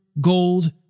gold